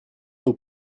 nous